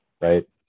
right